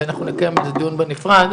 ואנחנו נקיים את הדיון הנפרד,